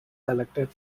collected